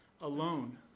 Alone